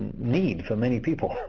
need for many people,